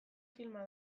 filma